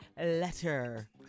letter